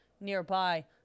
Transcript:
nearby